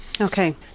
Okay